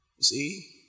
see